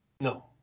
no